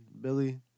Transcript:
Billy